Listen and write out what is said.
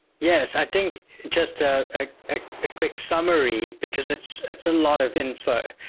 yes, i think just ah a quick summary because it's it's a lot of info.